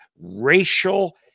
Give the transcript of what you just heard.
racial